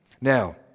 Now